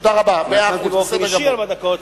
נרשמתי באופן אישי לארבע דקות,